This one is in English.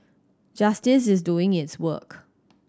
justice is doing its work